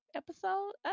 episode